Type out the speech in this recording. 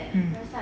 mm